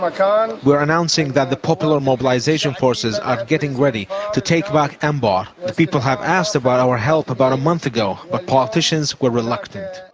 um we're announcing that the popular mobilisation forces are getting ready to take back anbar. the people have asked about our help about a month ago, but politicians were reluctant.